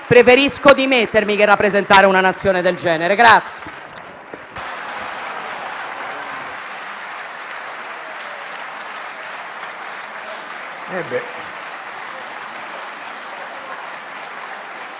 Preferisco dimettermi che rappresentare una Nazione del genere.